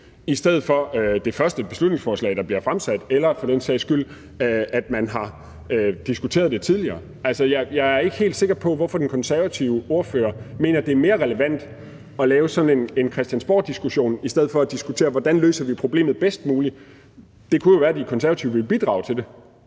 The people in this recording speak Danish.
i stedet for det første beslutningsforslag, der bliver fremsat, eller for den sags skyld, at man har diskuteret det tidligere. Altså, jeg er ikke helt sikker på, hvorfor den konservative ordfører mener, at det er mere relevant at lave sådan en Christiansborgdiskussion i stedet for at diskutere, hvordan vi løser problemet bedst muligt. Det kunne jo være, at De Konservative ville bidrage til det.